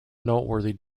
noteworthy